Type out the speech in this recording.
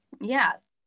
yes